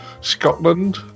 Scotland